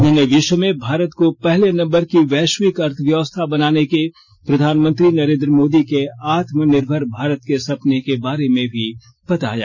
उन्होंने विश्व में भारत को पहले नंबर की वैश्विक अर्थव्यवस्था बनाने के प्रधानमंत्री नरेंद्र मोदी के आत्मनिर्भर भारत के सपने के बारे में भी बताया